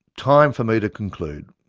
time for me to conclude.